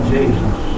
Jesus